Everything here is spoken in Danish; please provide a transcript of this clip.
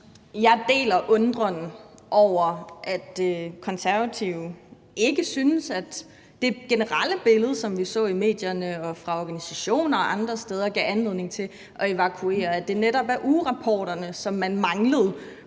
Jeg deler den undren over, at Konservative ikke synes, at det generelle billede, som vi så i medierne og fra organisationers side og andre steder, gav anledning til at evakuere, men at det netop var ugerapporterne, som man manglede